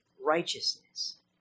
righteousness